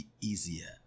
easier